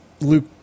Luke